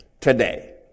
today